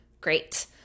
Great